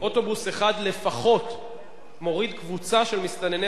אוטובוס אחד לפחות מוריד קבוצה של מסתנני